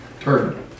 Turn